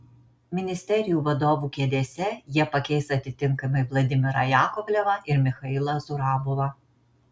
ministerijų vadovų kėdėse jie pakeis atitinkamai vladimirą jakovlevą ir michailą zurabovą